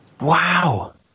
Wow